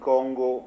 Congo